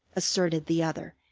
asserted the other,